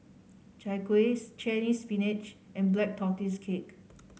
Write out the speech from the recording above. Chai Kueh Chinese Ppinach and Black Tortoise Cake